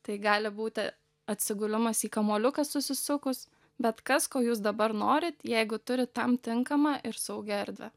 tai gali būti atsigulimas į kamuoliuką susisukus bet kas ko jūs dabar norit jeigu turit tam tinkamą ir saugią erdvę